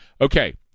Okay